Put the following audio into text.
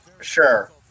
sure